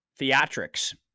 theatrics